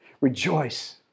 Rejoice